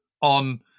on